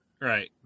right